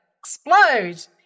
explode